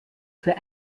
für